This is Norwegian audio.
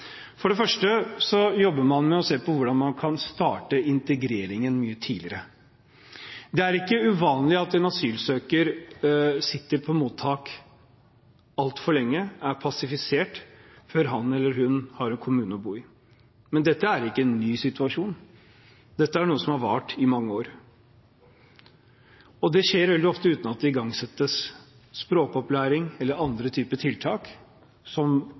For det første jobber man med å se på hvordan man kan starte integreringen mye tidligere. Det er ikke uvanlig at en asylsøker sitter på mottak altfor lenge og er passivisert før han eller hun har en kommune å bo i, men dette er ikke en ny situasjon – det er noe som har pågått i mange år. Det skjer veldig ofte uten at det igangsettes språkopplæring eller andre typer tiltak som